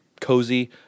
cozy